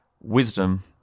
wisdom